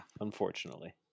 Unfortunately